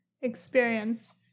experience